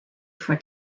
for